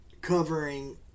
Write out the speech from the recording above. covering